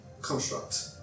construct